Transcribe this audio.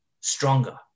stronger